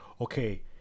okay